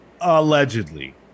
Allegedly